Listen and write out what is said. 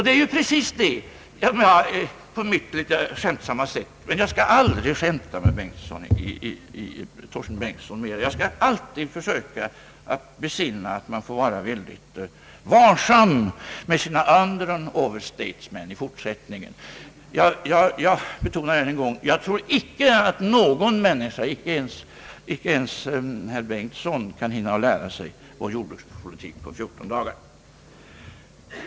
Det är precis det som jag har uttryckt på mitt litet skämtsamma sätt, men jag skall aldrig mer skämta med herr Torsten Bengtson. Jag skall alltid försöka besinna att man får vara mycket varsam med sina underoch overstatements i fortsättningen. Jag betonar än en gång att jag inte tror att någon människa, inte ens herr Bengtson, kan hinna lära sig vår jordbrukspolitik på 14 dagar.